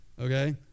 Okay